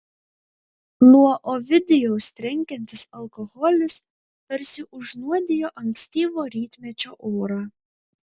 nuo ovidijaus trenkiantis alkoholis tarsi užnuodijo ankstyvo rytmečio orą